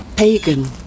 Pagan